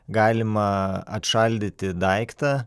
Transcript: galima atšaldyti daiktą